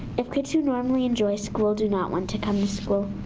if kids who normally enjoy school do not want to come to school,